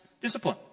discipline